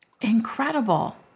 Incredible